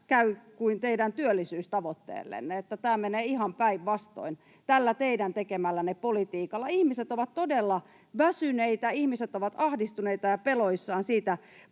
käy kuin teidän työllisyystavoitteellenne, että tämä menee ihan päinvastoin tällä teidän tekemällänne politiikalla. Ihmiset ovat todella väsyneitä, ihmiset ovat ahdistuneita ja peloissaan siitä